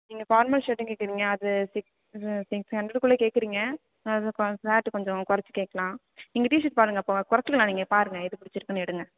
நீங்கள் formal shirt கேட்குறீங்க அது சிக்ஸ் ஹண்ட்ரட் சிக்ஸ் ஹண்ட்ரடுக்குள்ளே கேட்குறீங்க அது சார்கிட்ட கொஞ்சம் குறச்சி கேட்கலாம் இந்த டீ ஷேர்ட் பாருங்கள் இப்போ குறச்சிக்கலாம் நீங்கள் பாருங்கள் எது பிடிச்சிருக்குனு எடுங்க